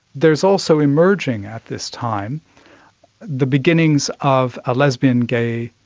there is also emerging at this time the beginnings of a lesbian, gay,